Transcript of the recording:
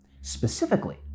Specifically